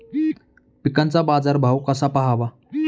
पिकांचा बाजार भाव कसा पहावा?